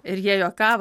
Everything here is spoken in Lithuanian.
ir jie juokavo